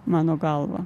mano galva